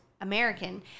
American